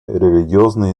религиозной